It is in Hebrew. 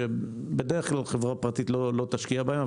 שבדרך כלל חברה פרטית לא תשקיע בהן.